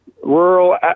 rural